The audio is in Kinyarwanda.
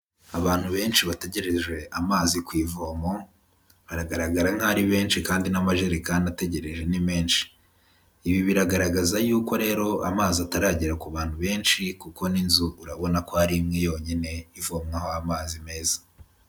Abantu benshi bategereje amazi ku ivomo baragaragara nk'aho ari benshi kandi n'amajerekani ategereje ni menshi, ibi biragaragaza yuko rero amazi ataragera ku bantu benshi kuko n'inzu urabona ko ari imwe yonyine ivomwaho amazi meza.